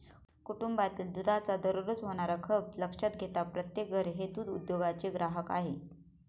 कुटुंबातील दुधाचा दररोज होणारा खप लक्षात घेता प्रत्येक घर हे दूध उद्योगाचे ग्राहक आहे